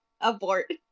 Abort